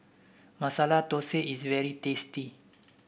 Masala Thosai is very tasty